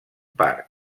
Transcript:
parc